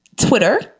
twitter